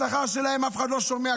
השכר שלהן, אף אחד לא שומע.